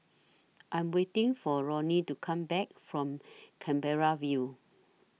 I'm waiting For Ronnie to Come Back from Canberra View